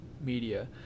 media